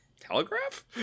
telegraph